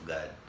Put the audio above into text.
God